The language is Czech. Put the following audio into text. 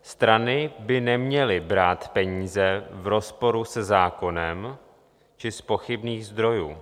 Strany by neměly brát peníze v rozporu se zákonem či z pochybných zdrojů.